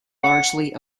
largely